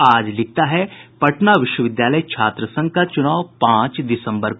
आज लिखता है पटना विश्वविद्यालय छात्र संघ का चुनाव पांच दिसम्बर को